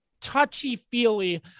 touchy-feely